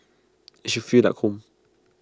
IT should feel like home